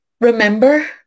remember